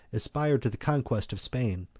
aspired to the conquest of spain,